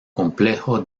complejo